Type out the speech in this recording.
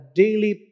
daily